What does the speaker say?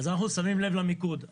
אנחנו שמים לב למיקוד.